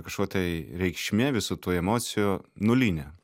kažko tai reikšmė visų tų emocijų nulinė